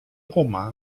goma